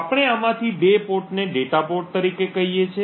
આપણે આમાંથી બે પોર્ટને ડેટા પોર્ટ તરીકે કહીએ છીએ